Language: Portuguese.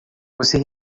você